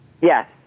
Yes